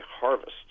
harvest